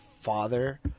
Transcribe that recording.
father